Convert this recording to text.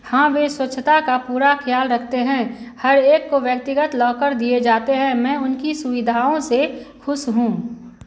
हाँ वह स्वच्छता का पूरा खयाल रखते हैं हर एक को व्यक्तिगत लॉकर दिए जाते हैं मैं उनकी सुविधाओं से ख़ुश हूँ